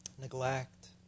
neglect